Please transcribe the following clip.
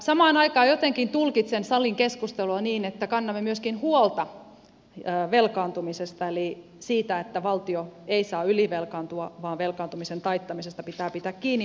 samaan aikaan jotenkin tulkitsen salin keskustelua niin että kannamme huolta myöskin velkaantumisesta eli siitä että valtio ei saa ylivelkaantua vaan velkaantumisen taittamisesta pitää pitää kiinni